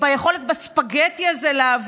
או ביכולת לעבוד בספגטי הזה?